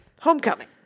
Homecoming